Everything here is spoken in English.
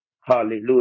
Hallelujah